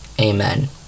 Amen